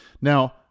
Now